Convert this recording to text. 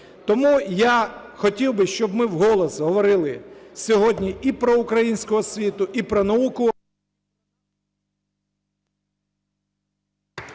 Тому я хотів би, щоб ми в голос говорили сьогодні і про українську освіту, і про науку...